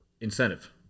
incentive